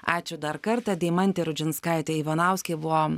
ačiū dar kartą deimantė rudžinskaitė ivanauskė buvo